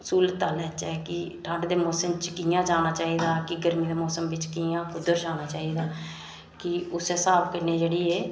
स्हूलतां लैचे की ठंड दे मौसम बिच कि'यां जाना चाहिदा कि गर्मी दे मौसम बिच कुद्धर जाना चाहिदा कि उस्सै स्हाब कन्नै जेह्ड़ी एह्